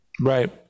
Right